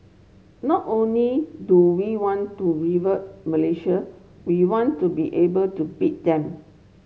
not only do we want to rival Malaysia we want to be able to beat them